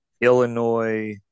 Illinois